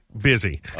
busy